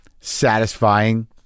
satisfying